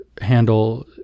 handle